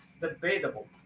debatable